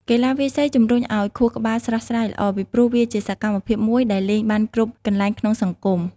កីឡាវាយសី ជំរុញឱ្យខួរក្បាលស្រស់ស្រាយល្អ ពីព្រោះវាជាសកម្មភាពមួយដែលលេងបានគ្រប់កន្លែងក្នុងសង្គម។